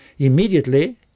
Immediately